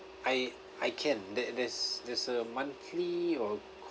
I I can there there's there's a monthly or